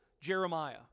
Jeremiah